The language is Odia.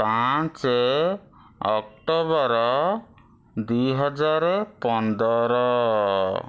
ପାଞ୍ଚ ଅକ୍ଟୋବର ଦୁଇ ହଜାର ପନ୍ଦର